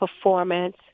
performance